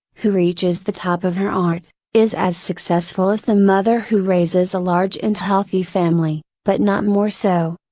who reaches the top of her art, art, is as successful as the mother who raises a large and healthy family, but not more so.